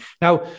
Now